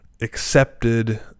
accepted